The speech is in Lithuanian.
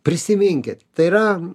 prisiminkit tai yra